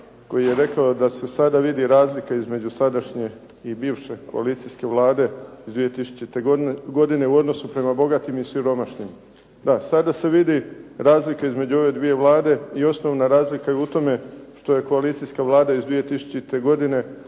koji je rekao da se sada vidi razlika između sadašnje i bivše koalicijske Vlade iz 2000. godine u odnosu prema bogatim i siromašnim. Da, sada se vidi razlika između ove dvije Vlade i osnovna razlika je u tome što je koalicijska Vlada iz 2000. godine